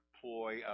ploy